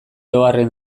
oharren